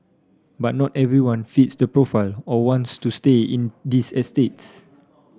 but not everyone fits the profile or wants to stay in these estates